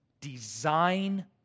design